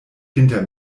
hinter